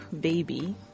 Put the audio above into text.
baby